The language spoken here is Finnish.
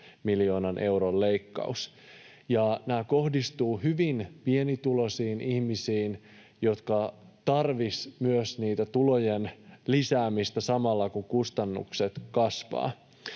miljoonan euron leikkaus. Ja nämä kohdistuvat hyvin pienituloisiin ihmisiin, jotka tarvitsisivat myös niiden tulojen lisäämistä samalla, kun kustannukset kasvavat.